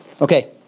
Okay